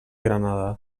granada